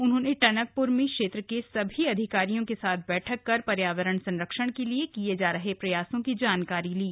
उन्होंने टनकप्र में क्षेत्र के सभी अधिकारियों के साथ बैठक कर पर्यावरण संरक्षण के लिए किये जा रहे प्रयासों की जानकारी ली